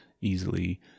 easily